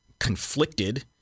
Conflicted